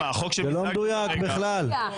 זה לא מדויק בכלל.